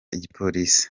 igipolisi